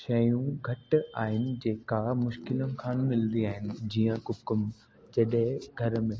शयूं घटि आहिनि जेका मुश्किल खनि मिलंदी आहिनि जीअं कुकुम जॾहें घर में